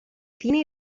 cine